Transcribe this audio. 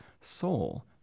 Soul